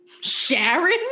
Sharon